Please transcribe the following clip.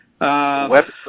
website